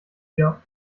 vier